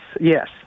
yes